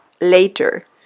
later